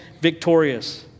victorious